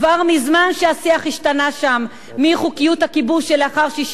כבר מזמן השתנה השיח שם מאי-חוקיות הכיבוש שלאחר 1967